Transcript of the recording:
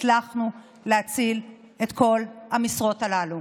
הצלחנו להציל את כל המשרות הללו.